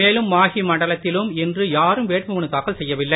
மேலும் மாஹி மண்டலத்திலும் இன்று யாரும் வேட்புமனு தாக்கல் செய்யவில்லை